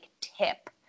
tip